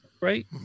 right